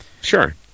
sure